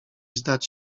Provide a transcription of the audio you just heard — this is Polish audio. zdać